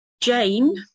Jane